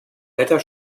blätter